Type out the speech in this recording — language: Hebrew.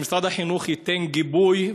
שמשרד החינוך ייתן גיבוי,